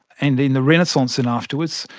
and then the renaissance then afterwards.